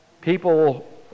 People